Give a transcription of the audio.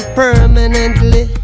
permanently